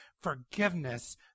forgiveness